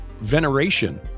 veneration